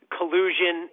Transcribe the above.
Collusion